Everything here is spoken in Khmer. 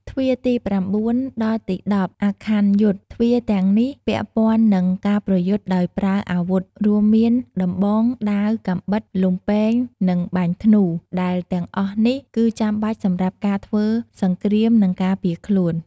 ទ្វារទី៩ ដល់ទី១០ អាខ័នយុទ្ធ ទ្វារទាំងនេះពាក់ព័ន្ធនឹង ការប្រយុទ្ធដោយប្រើអាវុធ រួមមាន ដំបង ដាវ កាំបិត លំពែង និងបាញ់ធ្នូ ដែលទាំងអស់នេះគឺចាំបាច់សម្រាប់ការធ្វើសង្គ្រាមនិងការពារខ្លួន។